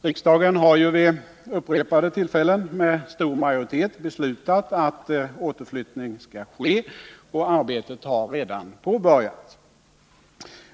Riksdagen har ju vid upprepade tillfällen med stor majoritet beslutat att återflyttning skall ske, och arbetet har redan påbörjats.